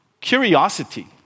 curiosity